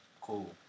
Cool